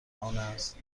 آنست